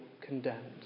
condemned